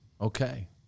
Okay